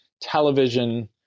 television